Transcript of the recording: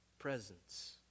Presence